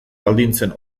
baldintzen